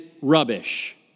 rubbish